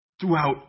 throughout